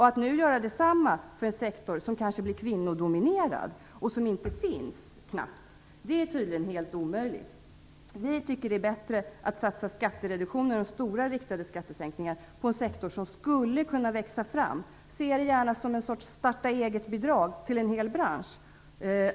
Att nu göra det samma för en sektor som kanske blir kvinnodominerad, och som knappt finns, är tydligen helt omöjligt. Vi tycker att det är bättre att satsa skattereduktionen och stora riktade skattesänkningar på en sektor som skulle kunna växa fram. Vi ser det gärna som en sorts starta-eget-bidrag till en hel bransch.